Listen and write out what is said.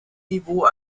niveau